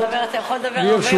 אתה יכול לדבר הרבה יותר.